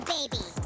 Baby